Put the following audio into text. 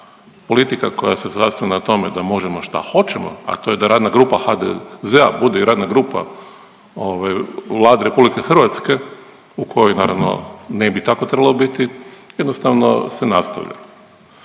da politika koja se zasniva na tome da možemo šta hoćemo, a to je da radna grupa HDZ-a bude i radna grupa ovaj Vlade RH u kojoj naravno ne bi tako trebalo biti jednostavno se nastavlja.